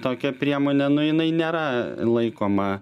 tokia priemonė nu jinai nėra laikoma